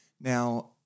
Now